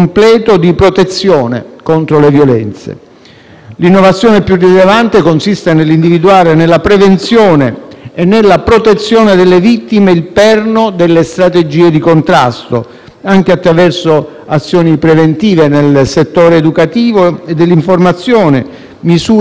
L'innovazione più rilevante consiste nell'individuare nella prevenzione e protezione delle vittime il perno delle strategie di contrasto, anche attraverso azioni preventive nel settore educativo e dell'informazione, nonché misure di sostegno medico e psicologico.